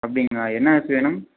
அப்படிங்களா என்ன அரிசி வேணும்